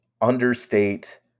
understate